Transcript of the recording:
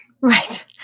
right